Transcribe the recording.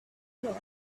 there